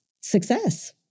success